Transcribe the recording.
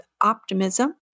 optimism